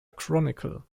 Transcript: chronicle